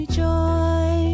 joy